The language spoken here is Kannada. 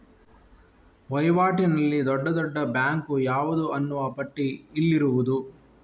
ವೈವಾಟಿನಲ್ಲಿ ದೊಡ್ಡ ದೊಡ್ಡ ಬ್ಯಾಂಕು ಯಾವುದು ಅನ್ನುವ ಪಟ್ಟಿ ಇಲ್ಲಿರುವುದು